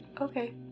okay